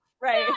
Right